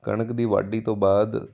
ਕਣਕ ਦੀ ਵਾਢੀ ਤੋਂ ਬਾਅਦ